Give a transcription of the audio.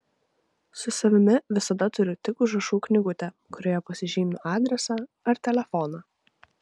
su savimi visada turiu tik užrašų knygutę kurioje pasižymiu adresą ar telefoną